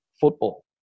football